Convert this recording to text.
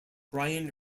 brian